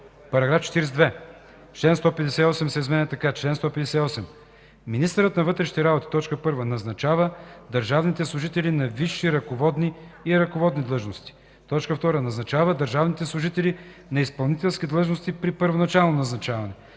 § 42. Член 158 се изменя така: „Чл. 158. Министърът на вътрешните работи: 1. назначава държавните служители на висши ръководни и ръководни длъжности; 2. назначава държавните служители на изпълнителски длъжности при първоначално назначаване;